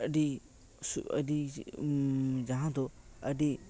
ᱟᱹᱰᱤ ᱟᱹᱰᱤ ᱟᱹᱰᱤ ᱡᱟᱦᱟᱸᱫᱚ ᱟᱹᱰᱤ